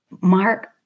Mark